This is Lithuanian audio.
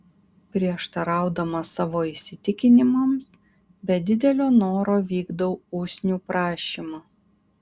prieštaraudamas savo įsitikinimams be didelio noro vykdau usnių prašymą